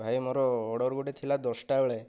ଭାଇ ମୋର ଅର୍ଡ଼ର ଗୋଟିଏ ଥିଲା ଦଶଟା ବେଳେ